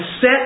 set